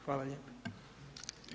Hvala lijepa.